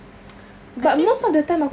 I feel